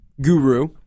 guru